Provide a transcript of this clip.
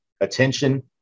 attention